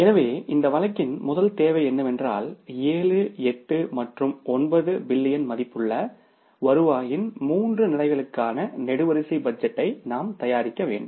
எனவே இந்த வழக்கின் முதல் தேவை என்னவென்றால் ஏழு எட்டு மற்றும் ஒன்பது பில்லியன் மதிப்புள்ள வருவாயின் மூன்று நிலைகளுக்கான நெடுவரிசை பட்ஜெட்டை நாம் தயாரிக்க வேண்டும்